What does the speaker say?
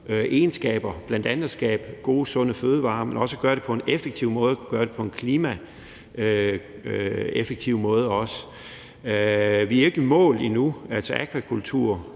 egenskaber, bl.a. at skabe gode, sunde fødevarer, men også at gøre det på en effektiv måde og en klimaeffektiv måde. Vi er ikke i mål endnu. Altså,